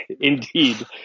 Indeed